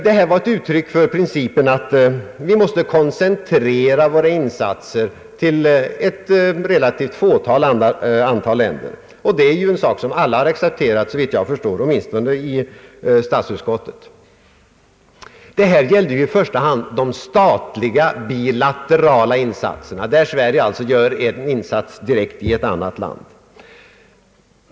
Det var ett uttryck för principen att vi måste koncentrera våra insatser till ett relativt fåtal länder, och såvitt jag kan förstå är den principen av alla accepterad, åtminstone i statsutskottet. Detta gällde i första hand de statliga bilaterala insatserna, där Sverige alltså gör en insats direkt i ett annat land.